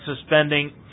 suspending